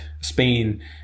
Spain